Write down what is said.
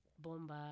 Bomba